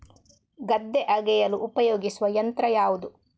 ಗದ್ದೆ ಅಗೆಯಲು ಉಪಯೋಗಿಸುವ ಯಂತ್ರ ಯಾವುದು?